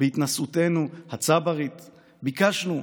בהתנשאותנו ה'צברית' / ביקשנו,